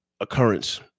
occurrence